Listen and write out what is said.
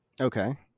Okay